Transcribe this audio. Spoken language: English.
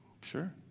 Sure